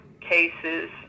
cases